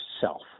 self